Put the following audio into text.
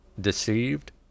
deceived